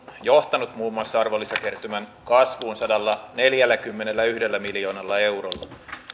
johtanut muun muassa arvonlisäverokertymän kasvuun sadallaneljälläkymmenelläyhdellä miljoonalla eurolla